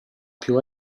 più